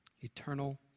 Eternal